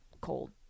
cold